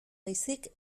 baizik